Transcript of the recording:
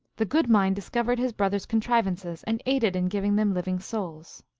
the good mind discovered his brother contrivances, and aided in giving them living souls.